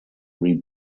read